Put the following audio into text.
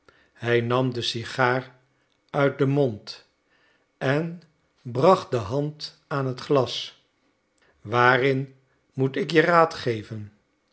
hij nam de sigaar uit den mond en bracht de hand aan het glas waarin moet ik je raad geven